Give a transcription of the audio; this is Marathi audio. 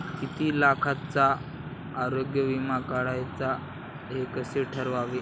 किती लाखाचा आरोग्य विमा काढावा हे कसे ठरवावे?